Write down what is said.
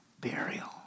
burial